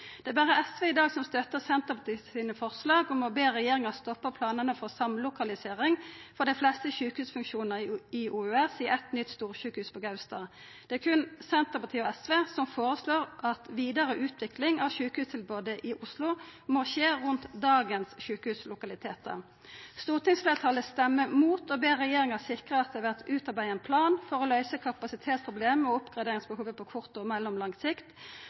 Det er berre SV som i dag står saman med Senterpartiet om forslaget om å be regjeringa stoppa planane om samlokalisering for dei fleste sjukehusfunksjonane i OUS i eitt nytt storsjukehus på Gaustad. Det er berre Senterpartiet og SV som føreslår at vidare utvikling av sjukehustilbodet i Oslo må skje rundt dagens sjukehuslokalitetar. Stortingsfleirtalet stemmer mot å be regjeringa sikra at det vert utarbeidd ein plan for å løysa kapasitetsproblema og oppgraderingsbehovet på kort og mellomlang sikt.